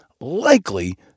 likely